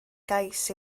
gais